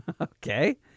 Okay